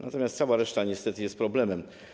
Natomiast cała reszta niestety jest problemem.